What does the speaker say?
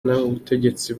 n’ubutegetsi